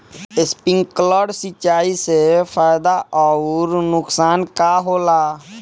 Sprinkler सिंचाई से फायदा अउर नुकसान का होला?